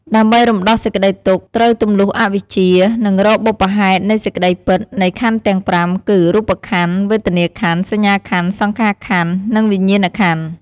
ដើម្បីរំដោះសេចក្តីទុក្ខ ត្រូវទំលុះអវិជ្ជា និងរកបុព្វហេតុនៃសេចក្តីពិតនៃខន្ធទាំង ៥ គឺ រូបខន្ធ វេទនាខន្ធ សញ្ញាខន្ធ សង្ខារខន្ធ និងវិញ្ញាណខន្ធ។